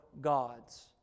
gods